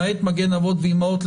למעט מגן אבות ואימהות,